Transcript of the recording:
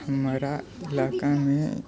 हमरा इलाकामे